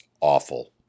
awful